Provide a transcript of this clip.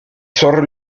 sort